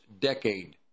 decade